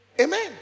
Amen